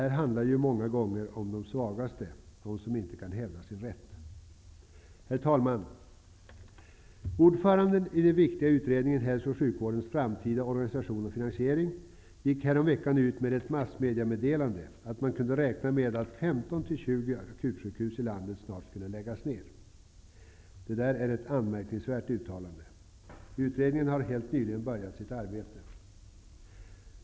Det handlar ju många gånger om de svagaste, om dem som inte kan hävda sin rätt. Herr talman! Ordföranden i den viktiga utredningen Hälso och sjukvårdens framtida organisation och finansiering gick häromveckan ut med ett meddelande i massmedia om att man kunde räkna med att 15--20 akutsjukhus i landet snart skulle läggas ner. Det är ett anmärkningsvärt uttalande. Utredningen har helt nyligen påbörjat sitt arbete.